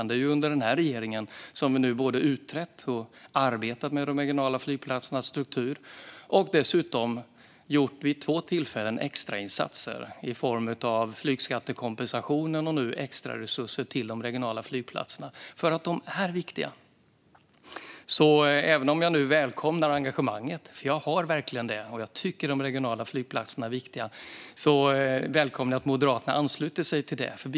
Det är under denna regering som vi både har utrett och arbetat med de regionala flygplatsernas struktur och dessutom vid två tillfällen gjort extrainsatser i form av flygskattekompensation och nu extraresurser till de regionala flygplatserna för att de är viktiga. Jag har verkligen ett engagemang, och jag tycker att de regionala flygplatserna är viktiga. Därför välkomnar jag att Moderaterna ansluter sig till detta engagemang.